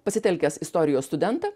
pasitelkęs istorijos studentą